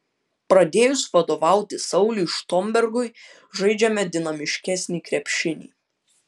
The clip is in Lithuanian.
pradėjus vadovauti sauliui štombergui žaidžiame dinamiškesnį krepšinį